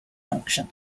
function